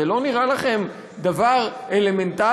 זה לא נראה לכם דבר אלמנטרי,